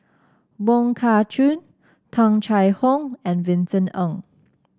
Wong Kah Chun Tung Chye Hong and Vincent Ng